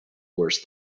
worse